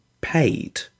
paid